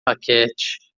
raquete